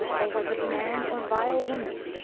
or was it man, or vile woman,